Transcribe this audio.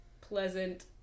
pleasant